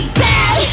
bad